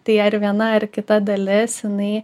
tai ar viena ar kita dalis jinai